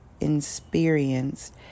experienced